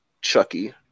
Chucky